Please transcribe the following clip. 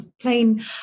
plain